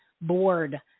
board